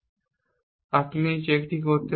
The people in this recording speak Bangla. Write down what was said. সুতরাং আপনি চেকটি করতে পারেন